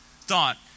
thought